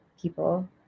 people